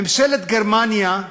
ממשלת גרמניה,